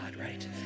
right